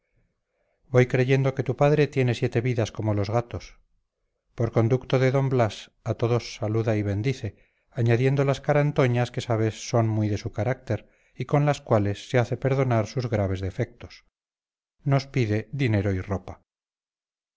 voy creyendo que tu padre tiene siete vidas como los gatos por conducto de d blas a todos saluda y bendice añadiendo las carantoñas que sabes son muy de su carácter y con las cuales se hace perdonar sus graves defectos nos pide dinero y ropa